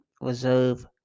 Reserve